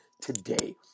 today